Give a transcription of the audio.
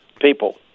people